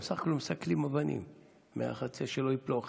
סך הכול מסקלים אבנים מהחצר, שלא ייפלו עליהם.